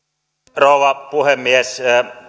rouva puhemies